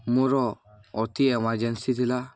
ମୋର ଅତି ଏମାର୍ଜେନ୍ସି ଥିଲା